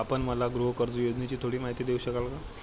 आपण मला गृहकर्ज योजनेची थोडी माहिती देऊ शकाल का?